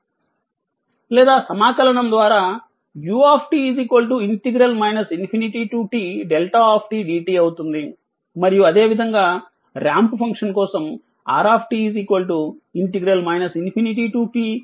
లేదా సమాకలనం ద్వారా u ∞tδ dt అవుతుంది మరియు అదేవిధంగా రాంప్ ఫంక్షన్ కోసం r ∞tu dt